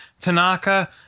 Tanaka